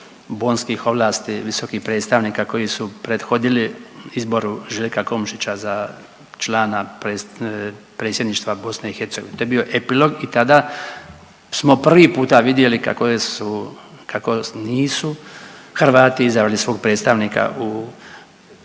bonskih ovlasti visokih predstavnika koji su prethodili izboru Željka Komšića za člana predsjedništva BiH, to je bio epilog i tada smo prvi puta vidjeli kako su, kako nisu Hrvati izabrani svog predstavnika u